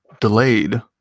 delayed